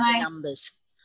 numbers